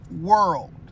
world